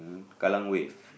Kallang-Wave